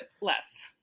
less